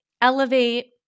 elevate